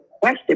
question